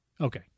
okay